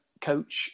coach